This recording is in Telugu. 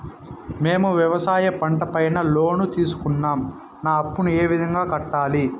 మేము వ్యవసాయ పంట పైన లోను తీసుకున్నాం నా అప్పును ఏ విధంగా కట్టాలి